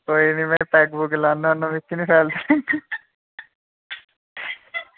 कोई गल्ल निं में पैग पुग लान्ना होन्ना मिगी नि फैलदी